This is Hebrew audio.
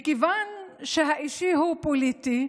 ומכיוון שהאישי הוא הפוליטי,